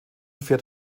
fährt